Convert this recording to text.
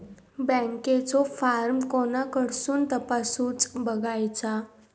बँकेचो फार्म कोणाकडसून तपासूच बगायचा?